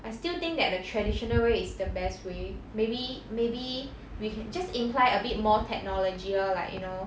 I still think that the traditional way is the best way maybe maybe we can just imply a bit more technology lor like you know